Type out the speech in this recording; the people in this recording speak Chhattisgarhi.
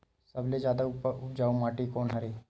सबले जादा उपजाऊ माटी कोन हरे?